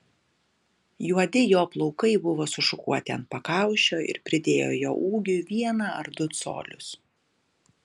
juodi jo plaukai buvo sušukuoti ant pakaušio ir pridėjo jo ūgiui vieną ar du colius